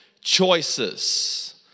choices